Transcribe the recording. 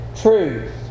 truth